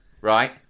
Right